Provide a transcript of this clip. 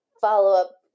follow-up